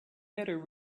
better